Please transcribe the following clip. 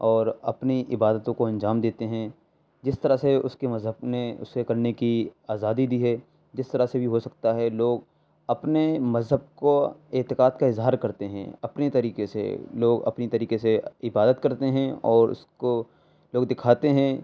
اور اپنی عبادتوں کو انجام دیتے ہیں جس طرح سے اس کے مذہب نے اسے کرنے کی آزادی دی ہے جس طرح سے بھی ہو سکتا ہے لوگ اپنے مذہب کو اعتقاد کا اظہار کرتے ہیں اپنے طریقے سے لوگ اپنی طریقے سے عبادت کرتے ہیں اور اس کو لوگ دکھاتے ہیں